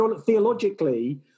Theologically